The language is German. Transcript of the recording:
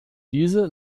diese